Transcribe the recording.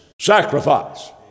sacrifice